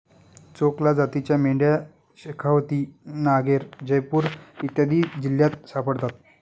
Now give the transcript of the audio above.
चोकला जातीच्या मेंढ्या शेखावती, नागैर, जयपूर इत्यादी जिल्ह्यांत सापडतात